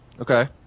Okay